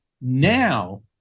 now